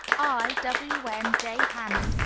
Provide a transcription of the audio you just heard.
i, wm. j. hammond,